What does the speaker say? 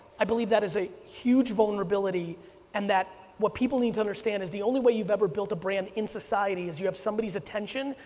i believe that is a huge vulnerability and that what people need to understand is the only way you've ever built a brand in society is you have somebody's attention,